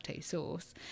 sauce